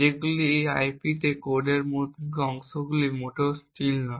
যেগুলি এই আইপি তে কোডের অংশগুলি মোটেই স্টিল নয়